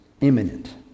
imminent